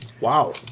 Wow